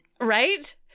Right